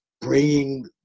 bringing